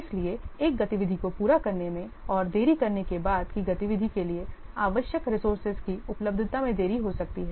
इसलिए एक गतिविधि को पूरा करने में और देरी करने से बाद की गतिविधि के लिए आवश्यक रिसोर्सेज की उपलब्धता में देरी हो सकती है